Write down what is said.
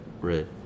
Red